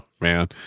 man